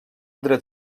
dret